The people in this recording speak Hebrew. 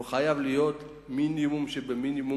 הוא חייב להיות מינימום שבמינימום,